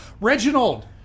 Reginald